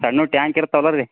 ಸಣ್ಣ ಟ್ಯಾಂಕ್ ಇರುತ್ತಲ್ಲ ರೀ